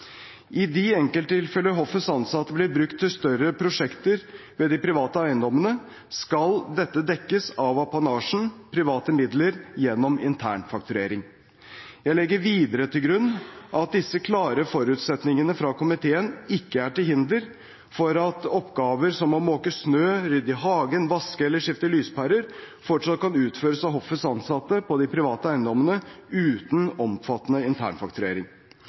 I de enkelttilfellene der hoffets ansatte blir brukt til større prosjekter ved de private eiendommene, skal dette dekkes av apanasjen eller private midler gjennom internfakturering. Jeg legger videre til grunn at disse klare forutsetningene fra komiteen ikke er til hinder for at oppgaver som å måke snø, rydde i hagen, vaske eller skifte lyspærer fortsatt kan utføres av hoffets ansatte på de private eiendommene uten omfattende internfakturering.